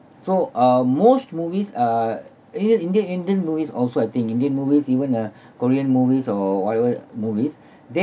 so uh most movies uh even indian indian movies also acting indian movies even uh korean movies or whatever movies they